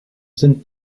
sind